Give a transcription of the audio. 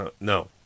No